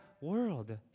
world